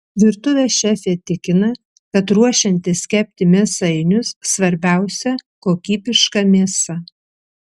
virtuvės šefė tikina kad ruošiantis kepti mėsainius svarbiausia kokybiška mėsa